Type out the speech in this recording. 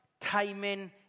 timing